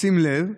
שים לב,